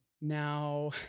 now